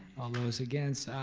all those against, aye.